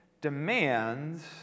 demands